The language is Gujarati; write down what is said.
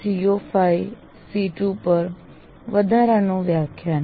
CO5 C2 પર વધારાનું વ્યાખ્યાન